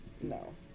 No